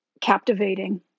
captivating